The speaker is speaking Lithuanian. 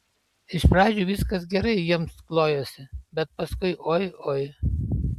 iš pradžių viskas gerai jiems klojosi bet paskui oi oi